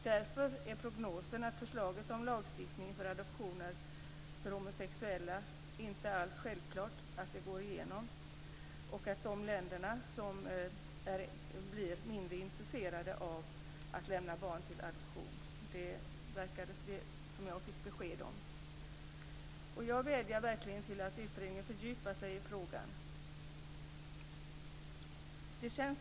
Därför är prognosen att förslaget om lagstiftning när det gäller adoptioner för homosexuella inte självklart går igenom och att länderna blir mindre intresserade av lämna barn till adoption. Det fick jag besked om. Jag vädjar verkligen om att utredningen fördjupar sig i frågan. Fru talman!